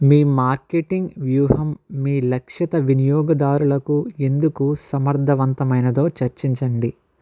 మీ marketing వ్యూహం మీ లక్షిత వినియోగదారులకు ఎందుకు సమర్థవంతమైనదో చర్చించండి